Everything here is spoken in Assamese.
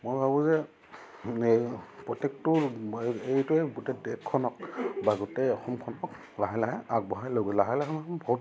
মই ভাবোঁ যে এই প্ৰত্যেকটো এইটোৱে গোটেই দেশখনক বা গোটেই অসমখনক লাহে লাহে আগবঢ়াই ল'ব লাহে লাহে মানে বহুত